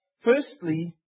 Firstly